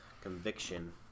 conviction